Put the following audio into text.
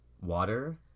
Water